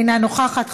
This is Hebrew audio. אינה נוכחת,